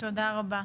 תודה רבה.